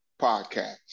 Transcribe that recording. podcast